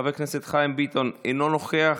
חבר הכנסת חיים ביטון, אינו נוכח,